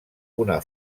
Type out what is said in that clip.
una